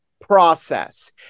process